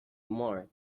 more